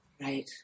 Right